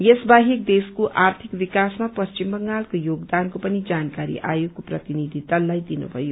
यस बाहेक देशको आर्थिक विकासमा पश्चिम बंगालको योगदानको पनि जानकारी आयोगको प्रतिनिधि दललाई दिनुथयो